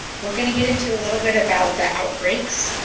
we're going to get into a little bit about the outbreaks.